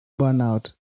burnout